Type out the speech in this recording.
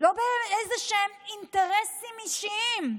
לא באיזשהם אינטרסים אישיים.